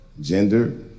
Gender